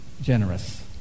generous